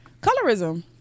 colorism